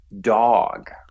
dog